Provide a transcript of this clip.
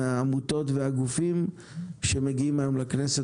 מהעמותות והגופים שמגיעים היום לכנסת,